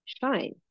shine